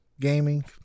gaming